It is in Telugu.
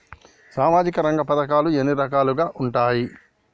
సామాజిక రంగ పథకాలు ఎన్ని రకాలుగా ఉంటాయి?